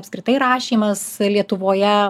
apskritai rašymas lietuvoje